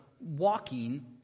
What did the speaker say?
walking